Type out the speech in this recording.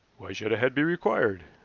why should a head be required?